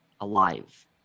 alive